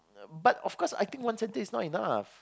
but of course I think one center is not enough